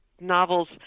novels